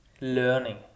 learning